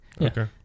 Okay